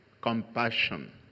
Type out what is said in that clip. compassion